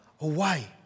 away